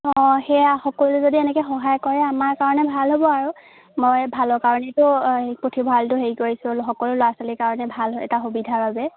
অঁ সেয়া সকলোৱে যদি এনেকৈ সহায় কৰে আমাৰ কাৰণে ভাল হ'ব আৰু মই ভালৰ কাৰণেইতো পুথিভঁৰালটো হেৰি কৰিছোঁ সকলো ল'ৰা ছোৱালীৰ কাৰণে ভাল এটা সুবিধাৰ বাবে